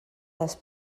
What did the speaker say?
les